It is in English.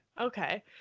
Okay